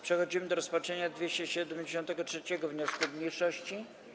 Przechodzimy do rozpatrzenia 273. wniosku mniejszości.